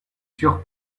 sûre